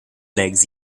legs